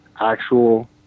actual